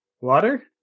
Water